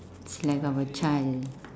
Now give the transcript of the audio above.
is like I've a child